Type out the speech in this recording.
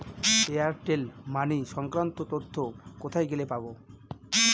Airtel money সংক্রান্ত তথ্য কোথায় গেলে পাব?